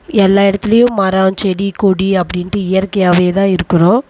எல்லா இடத்துலியும் மரம் செடி கொடி அப்படின்ட்டு இயற்கையாகவே தான் இருக்கிறோம்